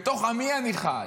בתוך עמי אני חי.